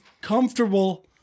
comfortable